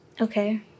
okay